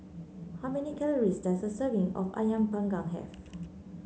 how many calories does a serving of ayam panggang have